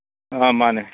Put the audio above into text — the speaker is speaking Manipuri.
ꯑꯥ ꯃꯥꯅꯦ